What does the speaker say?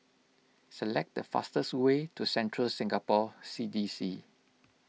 select the fastest way to Central Singapore C D C